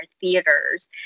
theaters